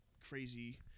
crazy